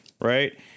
right